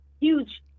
huge